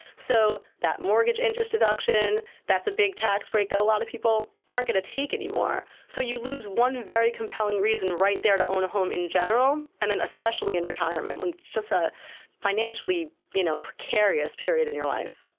so that mortgage interest deduction is a big tax break that a lot of people aren't going to take anymore, so you lose one very compelling reason, right there, to own a home in general and then especially in retirement when it's just a financially you know precarious period in your life.